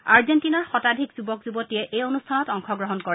আৰ্জেণ্টিনাৰ শতাধিক যুৱক যুৱতীয়ে এই অনুষ্ঠানত অংশগ্ৰহণ কৰে